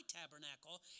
tabernacle